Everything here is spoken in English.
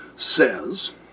says